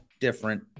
different